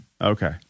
Okay